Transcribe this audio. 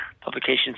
publications